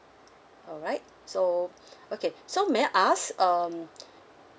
alright so okay so may I ask um